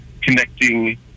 connecting